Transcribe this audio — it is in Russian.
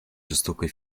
жесткой